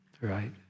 right